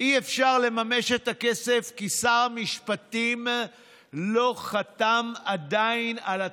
אי-אפשר לממש את הכסף כי שר המשפטים לא חתם עדיין על התקנות.